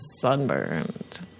sunburned